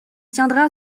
tiendra